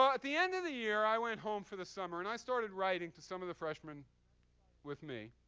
ah at the end of the year, i went home for the summer. and i started writing to some of the freshmen with me.